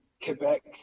Quebec